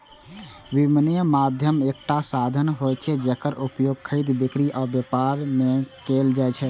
विनिमय माध्यम एकटा साधन होइ छै, जेकर उपयोग खरीद, बिक्री आ व्यापार मे कैल जाइ छै